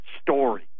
story